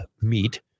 meet